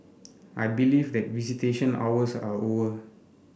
I believe that visitation hours are over